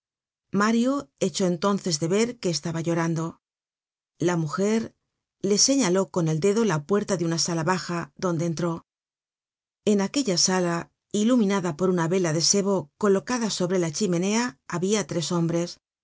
mario echó entonces de ver que estaba llorando la mujer le señaló con el dedo la puerta de una sala baja donde entró en aquella sala iluminada por una vela de sebo colocada sobre la chimenea habia tres hombres